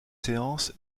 séance